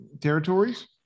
territories